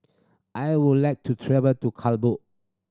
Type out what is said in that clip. I would like to travel to Kabul